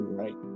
right